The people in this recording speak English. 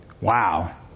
Wow